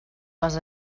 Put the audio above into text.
les